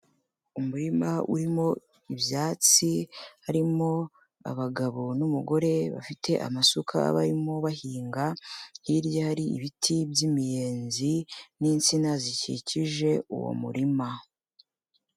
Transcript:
Umurima urimo ibyatsi, harimo abagabo n'umugore bafite amasuka barimo bahinga, hirya hari ibiti by'imiyenzi n'insina zikikije uwo murima.